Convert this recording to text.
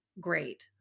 great